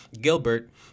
Gilbert